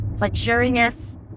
luxurious